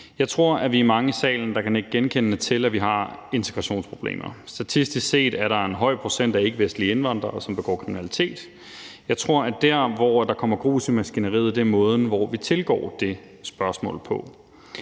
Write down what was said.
Jeg tror, at vi er mange i salen, der kan nikke genkendende til, at vi har integrationsproblemer; statistisk set er der en høj procent af ikkevestlige indvandrere, som begår kriminalitet. Jeg tror, at der, hvor der kommer grus i maskineriet, er måden, vi tilgår det spørgsmål på.